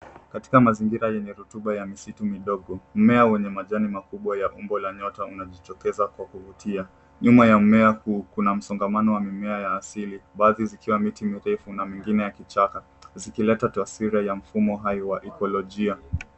Katika mazingira yenye rotuba ya misitu midogo, mimea wenye majani makubwa ya umbo la nyota unajitokeza kwa kuvutia. Nyuma ya mmea huu kuna msongamano ya mimea ya asili baadhi zkiwa miti mirefu na mengine ya kichaka zikileta taswira ya mfumo hai wa ekolojia.